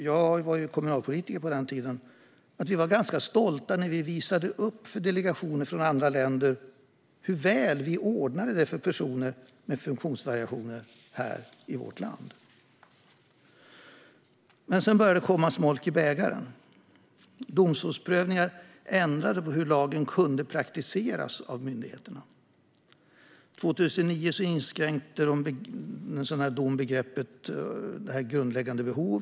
Jag var kommunalpolitiker på den tiden, och jag tror att vi var ganska stolta när vi visade upp för delegationer från andra länder hur väl vi ordnade det för personer med funktionsvariationer här i vårt land. Men sedan började det att komma smolk i bägaren. Domstolsprövningar ändrade på hur lagen kunde praktiseras av myndigheterna. År 2009 inskränkte en dom begreppet "grundläggande behov".